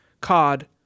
Cod